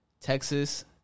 Texas